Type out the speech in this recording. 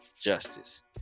justice